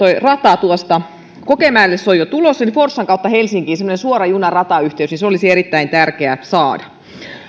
rata kokemäelle se on jo tulossa forssan kautta helsinkiin semmoinen suora junaratayhteys olisi erittäin tärkeä saada